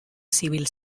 civil